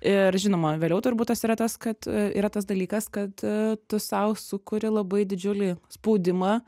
ir žinoma vėliau turbūt tas yra tas kad yra tas dalykas kad tu sau sukuri labai didžiulį spaudimą